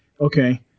Okay